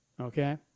okay